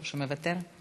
או לחלופין,